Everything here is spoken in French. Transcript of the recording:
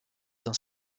dans